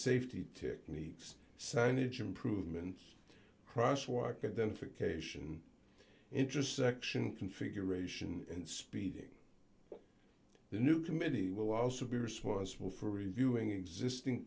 safety techniques signage improvements crosswalk identification intersection configuration and speeding the new committee will also be responsible for reviewing existing